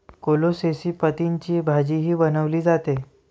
कोलोसेसी पतींची भाजीही बनवली जाते